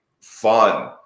fun